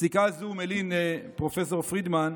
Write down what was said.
פסיקה זו", מלין פרופ' פרידמן,